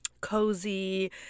cozy